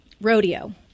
Rodeo